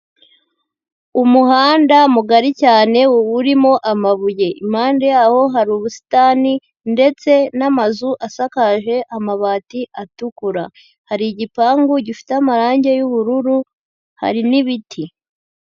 Umuhanda mugari cyane urimo amabuye. Impande yawo, hari ubusitani ndetse n'amazu asakaje amabati atukura. Hari igipangu gifite amarange y'ubururu, hari n'ibiti.